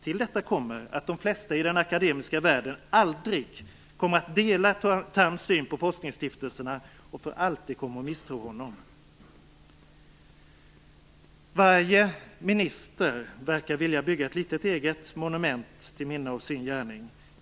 Till detta kommer att de flesta i den akademiska världen aldrig kommer att dela Carl Thams syn på forskningsstiftelserna och för alltid kommer att misstro honom. Varje minister verkar att vilja bygga ett litet eget monument till minne av sin gärning.